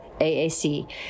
AAC